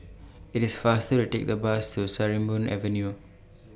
IT IS faster to Take The Bus to Sarimbun Avenue